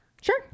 Sure